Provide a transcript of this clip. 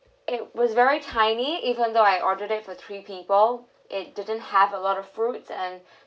it was very tiny even though I ordered it for three people it doesn't have a lot of fruits and